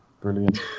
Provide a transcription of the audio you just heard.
brilliant